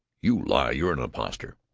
you lie! you're an impostor!